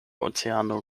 oceano